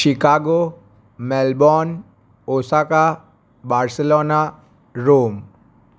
Chicago Melbourne Osaka Barcelona Rome